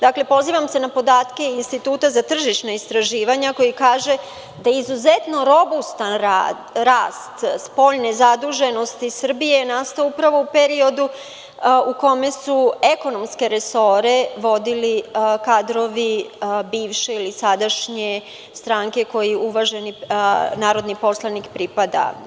Dakle, pozivam se na podatke Instituta za tržišna istraživanja, koji kaže da izuzetno robustan rast spoljne zaduženosti Srbije je nastao upravo u periodu u kome su ekonomske resore vodili kadrovi bivše ili sadašnje stranke kojoj uvaženi narodni poslanik pripada.